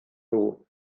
dugu